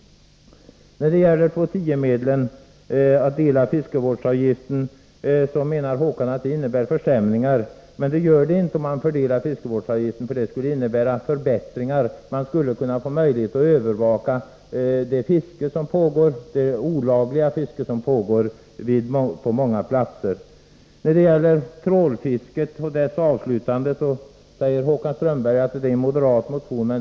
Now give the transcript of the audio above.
När det gäller 2:10-medlen och en fördelning av fiskevårdsavgiften menar Håkan Strömberg att det innebär försämringar. Men det gör det inte om man fördelar fiskevårdsavgiften. Det skulle i stället innebära förbättringar och ge möjligheter till övervakning av det olagliga fiske som pågår på många platser. När det gäller trålfiskets avslutande säger Håkan Strömberg att det här föreligger en moderatmotion.